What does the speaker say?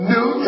New